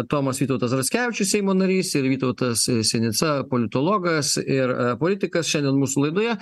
tomas vytautas raskevičius seimo narys ir vytautas sinica politologas ir a politikas šiandien mūsų laidoje